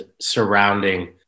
surrounding